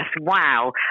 wow